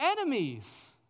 enemies